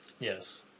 Yes